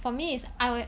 for me is I wa~